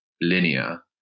linear